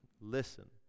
Listen